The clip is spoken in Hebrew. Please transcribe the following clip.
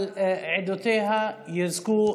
על עדותיה, תזכה